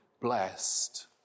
blessed